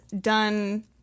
done